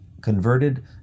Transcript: converted